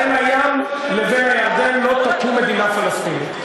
בין הים לבין הירדן לא תקום מדינה פלסטינית.